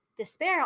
despair